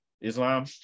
Islam